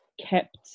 kept